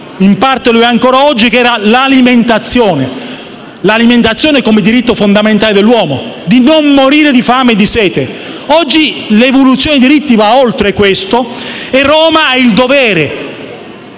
in parte lo è ancora oggi): l'alimentazione; l'alimentazione come diritto fondamentale dell'uomo di non morire di fame e di sete. Oggi l'evoluzione dei diritti va oltre e Roma ha il dovere